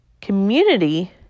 Community